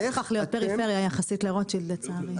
גם הפך להיות פריפריה יחסית לרוטשילד, לצערי.